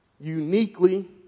Uniquely